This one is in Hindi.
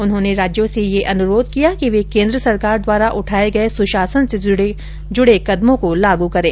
उन्होंने राज्यों से यह अनुरोध किया कि वे केन्द्र सरकार द्वारा उठाये गये सुशासन से जूड़े कदमों को लागू करें